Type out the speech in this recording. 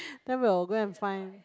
then we'll go and find